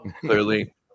Clearly